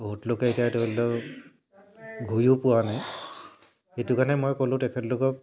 বহুত লোকে এতিয়া ধৰি লওক ঘূৰিও পোৱা নাই সেইটো কাৰণে মই ক'লোঁ তেখেতলোকক